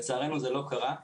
לצערנו זה לא קרה,